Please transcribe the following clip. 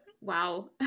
wow